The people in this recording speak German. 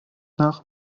nach